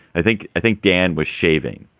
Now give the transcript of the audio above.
i think i think dan was shaving.